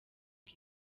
bwe